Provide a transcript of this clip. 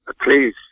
please